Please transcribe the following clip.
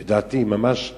לדעתי, ממש מסכנות,